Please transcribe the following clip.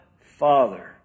Father